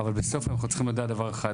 אבל בסוף אנחנו צריכים לדעת דבר אחד: